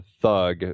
thug